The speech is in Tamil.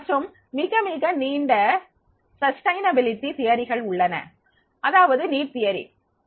மற்றும் மிக மிக நீண்ட நிலைநிறுத்தும் கோட்பாடுகள் உள்ளன அதாவது தேவைக் கோட்பாடு